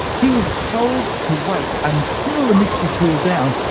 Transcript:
he was told to wait until the mixture cooled down,